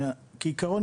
כעיקרון,